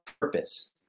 purpose